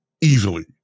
easily